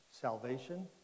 salvation